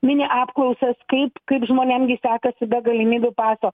mini apklausas kaip kaip žmonėm gi sekasi be galimybių paso